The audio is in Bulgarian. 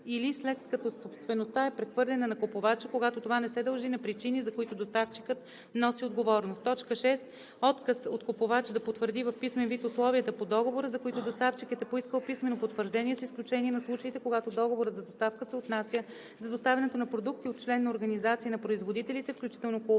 или след като собствеността е прехвърлена на купувача, когато това не се дължи на причини, за които доставчикът носи отговорност; 6. отказ от купувач да потвърди в писмен вид условията по договора, за които доставчикът е поискал писмено потвърждение, с изключение на случаите, когато договорът за доставка се отнася за доставянето на продукти от член на организация на производителите, включително кооперация,